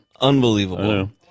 Unbelievable